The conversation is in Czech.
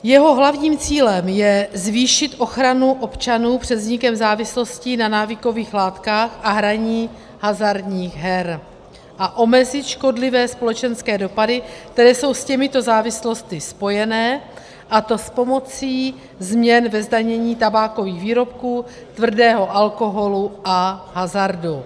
Jeho hlavním cílem je zvýšit ochranu občanů před vznikem závislostí na návykových látkách a hraní hazardních her a omezit škodlivé společenské dopady, které jsou s těmito závislostmi spojené, a to s pomocí změn ve zdanění tabákových výrobků, tvrdého alkoholu a hazardu.